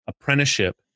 apprenticeship